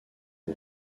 aux